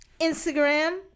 Instagram